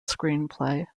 screenplay